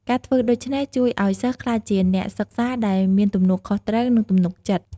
ការធ្វើដូច្នេះជួយឲ្យសិស្សក្លាយជាអ្នកសិក្សាដែលមានទំនួលខុសត្រូវ និងទំនុកចិត្ត។